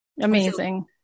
Amazing